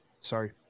sorry